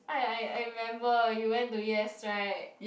I I I remember you went to U_S right